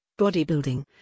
bodybuilding